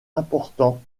important